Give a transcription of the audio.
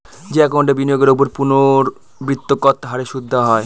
যে একাউন্টে বিনিয়োগের ওপর পূর্ণ্যাবৃত্তৎকত হারে সুদ দেওয়া হয়